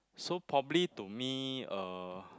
so probably to me uh